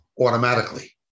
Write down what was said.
automatically